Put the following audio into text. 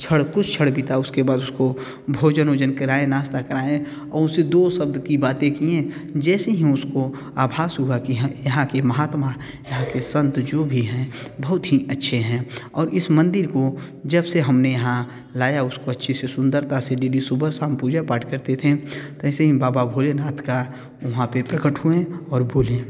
क्षण कुछ क्षण बीता उसके बाद उसको भोजन ओजन कराएँ नाश्ता कराएँ और उसे दो शब्द की बातें किए जैसे ही उसको आभास हुआ कि हैं यहाँ के महात्मा यहाँ के संत जो भी हैं बहुत हीं अच्छे हैं और इस मंदिर को जब से हमने यहाँ लाया उसको जिस सुंदरता से डीडी सुबह शाम पूजा पाठ करते थें तैसे ही बाबा भोलेनाथ का वहाँ पर प्रकट हुए और बोले